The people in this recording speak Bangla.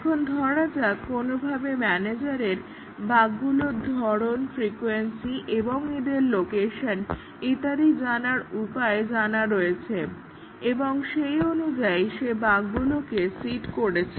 এখন ধরা যাক কোনোভাবে ম্যানেজারের বাগগুলোর ধরণ ফ্রিকোয়েন্সি এবং এদের লোকেশন ইত্যাদি জানার উপায় জানা রয়েছে এবং সেই অনুযায়ী সে বাগগুলোকে সীড করেছে